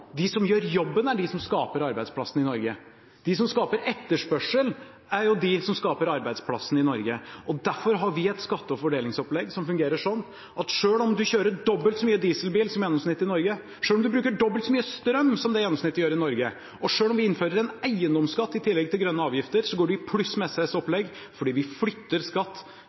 De som gjør jobben, er de som skaper arbeidsplassene i Norge. De som skaper etterspørsel, er de som skaper arbeidsplassene i Norge. Derfor har vi et skatte- og fordelingsopplegg som fungerer sånn at selv om du kjører dobbelt så mye dieselbil som gjennomsnittet i Norge, selv om du bruker dobbelt så mye strøm som det gjennomsnittet i Norge gjør, og selv om vi innfører en eiendomsskatt i tillegg til grønne avgifter, så går du i pluss med SVs opplegg fordi vi flytter skatt